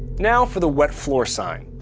now for the wet floor sign.